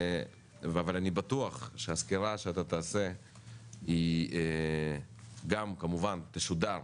אבל אני בטוח שהסקירה שאתה תעשה היא גם כמובן תשודר